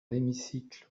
l’hémicycle